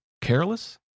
Careless